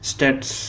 Stats